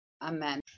Amen